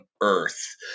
Earth